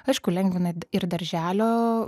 aišku lengvina ir darželio